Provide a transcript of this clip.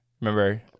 Remember